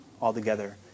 altogether